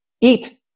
Eat